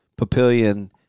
Papillion